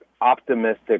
optimistic